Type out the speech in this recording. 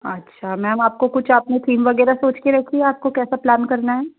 अच्छा मैम आपको कुछ आपने थीम वगैरह सोचकर रखा है आपको कैसा प्लान करना है